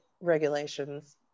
regulations